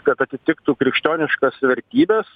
kad atitiktų krikščioniškas vertybes